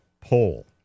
poll